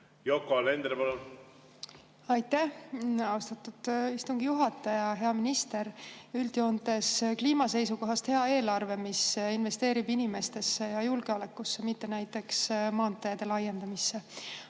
Yoko Alender, palun! Aitäh, austatud istungi juhataja! Hea minister! Üldjoontes kliima seisukohast hea eelarve, mis investeerib inimestesse ja julgeolekusse, mitte näiteks maanteede laiendamisse.